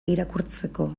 irakurtzeko